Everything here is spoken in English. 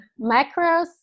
macros